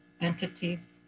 entities